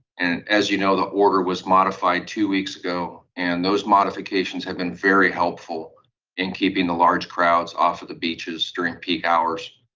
and as you know, the order was modified two weeks ago, and those modifications have been very helpful in keeping the large crowds off of the beaches during peak hours.